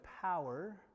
power